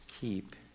keep